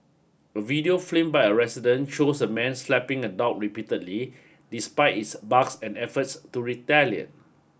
a video filmed by a resident shows a man slapping a dog repeatedly despite its barks and efforts to retaliate